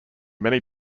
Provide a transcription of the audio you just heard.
many